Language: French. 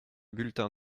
bulletin